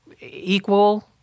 equal